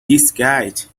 disguised